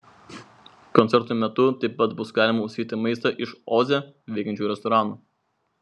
koncertų metu taip pat bus galima užsisakyti maistą iš oze veikiančių restoranų